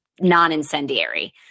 non-incendiary